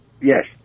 yes